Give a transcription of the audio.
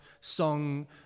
song